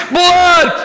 blood